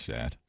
Sad